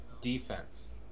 defense